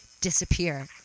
disappear